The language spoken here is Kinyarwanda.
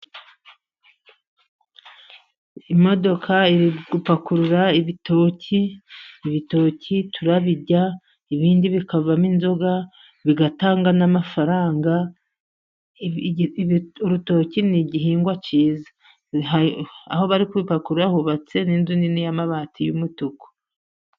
Imodoka iri gupakurura ibitoki, ibitoki turabirya ibindi bikavamo inzoga bigatanga n'amafaranga, urutoki ni igihingwa cyiza, aho bari kugipakururira hubatse n'inzu nini y'amabati y'umutuku.